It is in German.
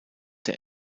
der